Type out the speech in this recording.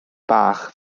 bach